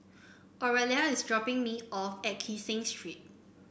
Oralia is dropping me off at Kee Seng Street